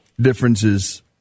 differences